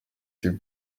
katy